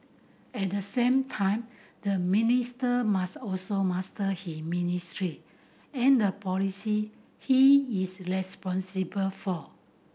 at the same time the minister must also master his ministry and the policy he is responsible for